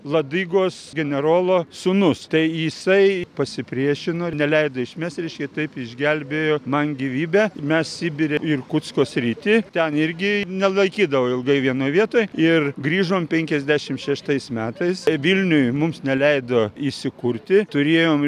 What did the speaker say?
ladygos generolo sūnus tai jisai pasipriešino ir neleido išmesti reiškia taip išgelbėjo man gyvybę mes sibire irkutsko srity ten irgi nelaikydavo ilgai vienoj vietoj ir grįžom penkiasdešimt šeštais metais vilniuj mums neleido įsikurti turėjom